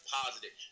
positive